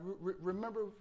Remember